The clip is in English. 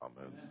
Amen